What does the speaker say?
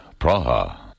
Praha